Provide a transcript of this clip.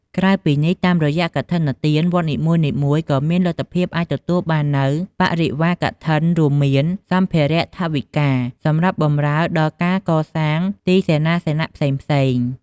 ក្រៅពីនេះ តាមរយៈកឋិនទាន វត្តនីមួយៗ ក៏មានលទ្ធភាពអាចទទួលបាននូវ បរិវារកឋិនរួមមាន សម្ភារថវិកា សម្រាប់បម្រើដល់ការកសាងទីសេនាសនៈផ្សេងៗ។